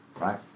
Right